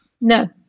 No